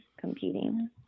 competing